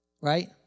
Right